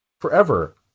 forever